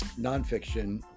nonfiction